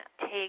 take